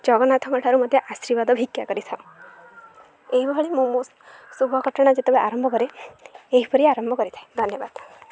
ଜଗନ୍ନାଥଙ୍କ ଠାରୁ ମଧ୍ୟ ଆଶୀର୍ବାଦ ଭିକ୍ଷା କରିଥାଉ ଏହିଭଳି ମୁଁ ମୋ ଶୁଭ ଘଟଣା ଯେତେବେଳେ ଆରମ୍ଭ କରେ ଏହିପରି ଆରମ୍ଭ କରିଥାଏ ଧନ୍ୟବାଦ